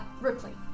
Ripley